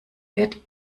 wird